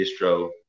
distro